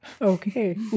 Okay